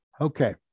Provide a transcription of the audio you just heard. Okay